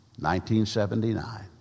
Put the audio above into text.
1979